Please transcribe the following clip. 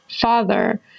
father